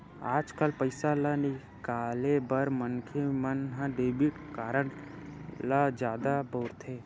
आजकाल पइसा ल निकाले बर मनखे मन ह डेबिट कारड ल जादा बउरथे